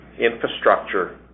infrastructure